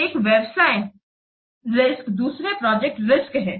तो एक व्यवसाय रिस्क दूसरा प्रोजेक्ट रिस्क है